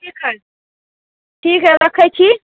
ठीक हय ठीक हय रखै छी